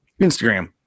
Instagram